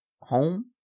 Home